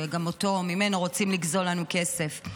שגם ממנו רוצים לגזול לנו כסף.